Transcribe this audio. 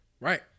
Right